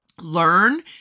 learn